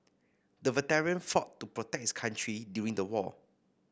the veteran fought to protect his country during the war